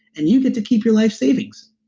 and you get to keep your life savings?